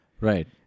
Right